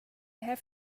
have